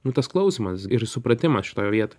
nu tas klausymas ir supratimas šitoje vietoj